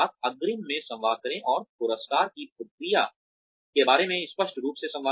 अग्रिम में संवाद करें और पुरस्कार की प्रक्रिया के बारे में स्पष्ट रूप से संवाद करें